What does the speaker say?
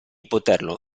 poterlo